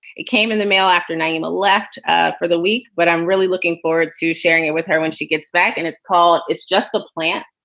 it came in the mail after nyima left ah for the week. what? i'm really looking forward to sharing it with her when she gets back. and it's called it's just the plant.